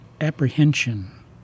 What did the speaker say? apprehension